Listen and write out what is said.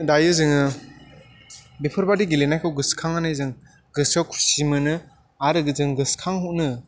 दायो जोङो बेफोरबादि गेलेनायखौ गोसोखांनानै जों गोसोआव खुसि मोनो आरो जों गोसोखांनो